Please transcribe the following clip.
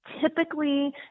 typically